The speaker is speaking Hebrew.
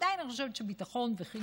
עדיין אני חושבת שביטחון וחינוך,